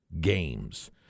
games